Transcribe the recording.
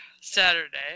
Saturday